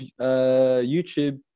YouTube